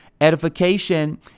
Edification